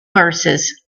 verses